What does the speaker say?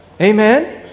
Amen